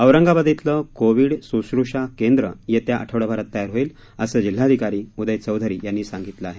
औरंगाबाद इथलं कोविड स्श्र्षा केंद्र येत्या आठवडाभरात तयार होईल असं जिल्हाधिकारी उदय चौधरी यांनी सांगितलं आहे